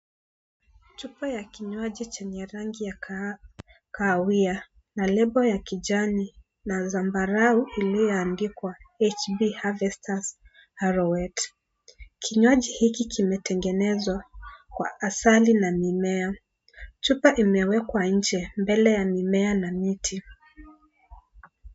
Chupa ya kinywaji chenye rangi ya kahawia na lebo ya kijani na zambarau iliyoandikwa h b harvesters arorwet . Kinywaji hiki kimetengenezwa kwa asali na mimea. Chupa imewekwa nje mbele ya mimea na miti.